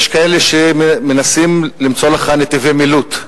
יש כאלה שמנסים למצוא לך נתיבי מילוט,